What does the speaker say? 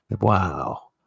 Wow